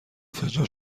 فنجان